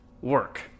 work